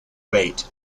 wait